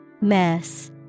Mess